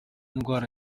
indwara